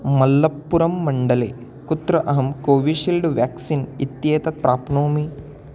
मल्लप्पुरम् मण्डले कुत्र अहं कोविशील्ड् व्याक्सीन् इत्येतत् प्राप्नोमि